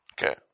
Okay